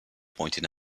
pointing